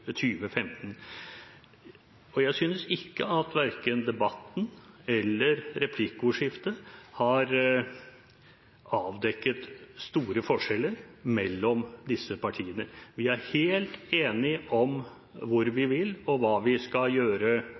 Jeg synes verken debatten eller replikkordskiftet har avdekket store forskjeller mellom disse partiene. Vi er helt enige om hvor vi vil, og hva vi skal gjøre